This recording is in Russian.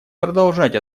продолжать